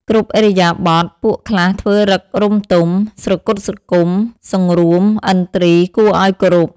គ្រប់ឥរិយាបថ ពួកខ្លះធ្វើឫករម្យទម ស្រគត់ស្រគំ សង្រួមឥន្ទ្រីយ៍គួរឲ្យគោរព ។